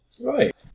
Right